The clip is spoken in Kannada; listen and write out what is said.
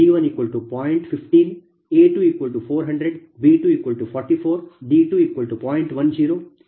15a2400 b244 d20